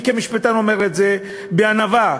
אני כמשפטן אומר את זה, בענווה,